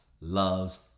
loves